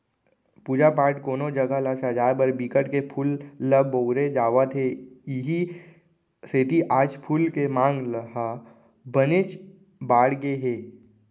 पूजा पाठ, कोनो जघा ल सजाय बर बिकट के फूल ल बउरे जावत हे इहीं सेती आज फूल के मांग ह बनेच बाड़गे गे हे